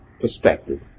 perspective